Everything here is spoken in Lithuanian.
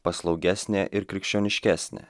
paslaugesnė ir krikščioniškesnė